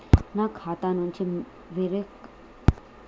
నా ఖాతా నుంచి వేరొక ప్రదేశంలో ఉన్న మా అన్న ఖాతాకు పైసలు పంపడానికి ఎలా?